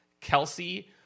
Kelsey